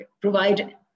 provide